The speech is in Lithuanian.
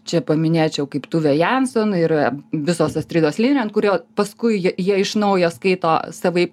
čia paminėčiau kaip tuvę janson ir visos astridos lindgrend kurio paskui jie jie iš naujo skaito savaip